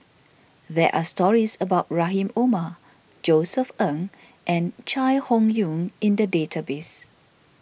there are stories about Rahim Omar Josef Ng and Chai Hon Yoong in the database